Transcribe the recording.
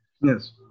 Yes